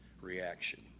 reaction